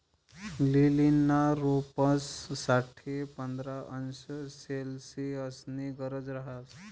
लीलीना रोपंस साठे पंधरा अंश सेल्सिअसनी गरज रहास